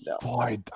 Boy